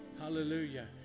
Hallelujah